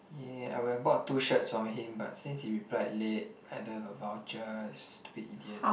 ya I would have bought two shirts from him but since he replied late I don't have a voucher stupid idiot